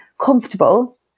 comfortable